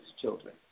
children